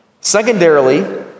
Secondarily